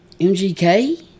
MGK